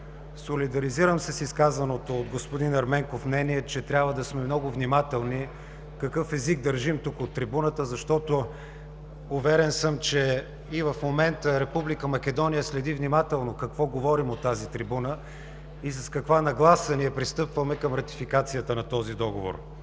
Солидаризирам се с изказаното мнение от господин Ерменков, че трябва да сме много внимателни какъв език държим тук от трибуната, защото, уверен съм, че и в момента Република Македония следи внимателно какво говорим от тази трибуна и с каква нагласа пристъпваме към ратификацията на този договор.